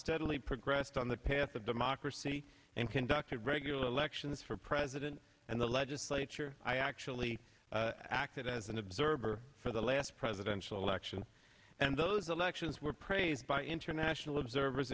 steadily progressed on the path of democracy and conducted regular elections for president and the legislature i actually acted as an observer for the last presidential election and those elections were praised by international observers